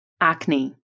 acne